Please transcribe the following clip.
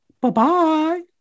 bye-bye